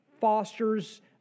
fosters